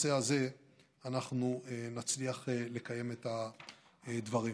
בנושא הזה אנחנו נצליח לקיים את הדברים.